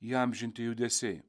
įamžinti judesiai